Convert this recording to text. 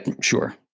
sure